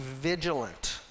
vigilant